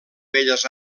belles